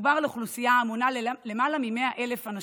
מדובר על אוכלוסייה המונה למעלה מ-100,000 אנשים,